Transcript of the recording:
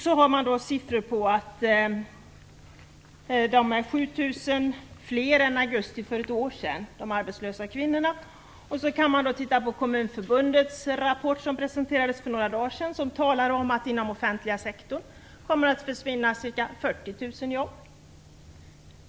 Så har man siffror på att de arbetslösa kvinnorna är 7 000 fler än i augusti förra året. Man kan också se i Kommunförbundets rapport som presenterades för några dagar sedan och som talar om att i den offentliga sektorn kommer det att försvinna ca 40 000 jobb.